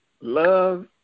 Love